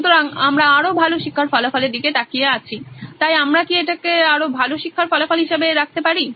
সুতরাং আমরা আরো ভালো শিক্ষার ফলাফলের দিকে তাকিয়ে আছি তাই আমরা কি এটাকে আরও ভালো শিক্ষার ফলাফল হিসাবে রাখতে পারি